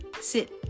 sit